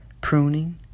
pruning